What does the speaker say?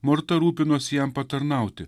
morta rūpinosi jam patarnauti